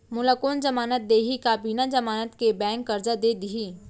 मोला कोन जमानत देहि का बिना जमानत के बैंक करजा दे दिही?